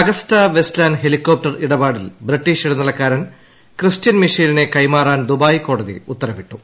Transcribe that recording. Agusta Westland helicopter ഇടപാടിൽ British ഇടനിലക്കാരൻ Christian മിഷേലിനെ കൈമാറാൻ ദുബായ് കോടതി ഉത്തരവിട്ടു